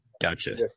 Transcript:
Gotcha